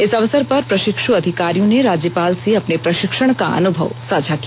इस अवसर पर प्रशिक्षु अधिकारियों ने राज्यपाल से अपने प्रषिक्षण का अनुभव साझा किया